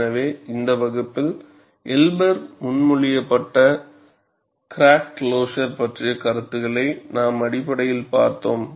எனவே இந்த வகுப்பில் எல்பர் முன்மொழியப்பட்ட கிராக் க்ளோஸர் பற்றிய கருத்துக்களை நாம் அடிப்படையில் பார்த்தோம்